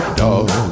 dog